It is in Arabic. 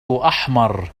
أحمر